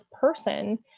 person